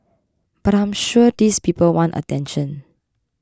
but I'm sure these people want attention